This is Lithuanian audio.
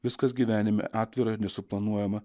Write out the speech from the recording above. viskas gyvenime atvira ir nesuplanuojama